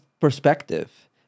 Perspective